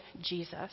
Jesus